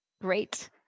Great